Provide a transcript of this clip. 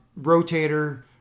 Rotator